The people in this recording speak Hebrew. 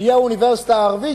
תהיה אוניברסיטה ערבית,